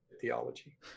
theology